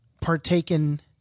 partaken